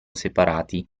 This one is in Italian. separati